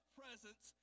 presence